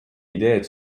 ideed